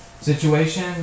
situation